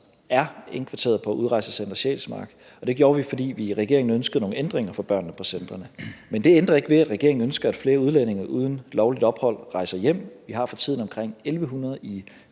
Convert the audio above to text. er indkvarteret på Udrejsecenter Sjælsmark. Det gjorde vi, fordi vi i regeringen ønskede nogle ændringer for børnene på centrene. Men det ændrer ikke ved, at regeringen ønsker, at flere udlændinge uden lovligt ophold rejser hjem – vi har for tiden omkring 1.100 i